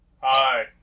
Hi